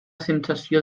sensació